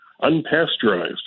unpasteurized